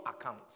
account